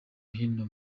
hino